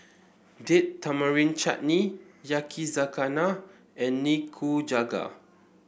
Date Tamarind Chutney Yakizakana and Nikujaga